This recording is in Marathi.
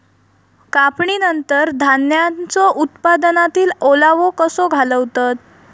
कापणीनंतर धान्यांचो उत्पादनातील ओलावो कसो घालवतत?